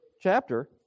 chapter